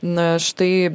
na štai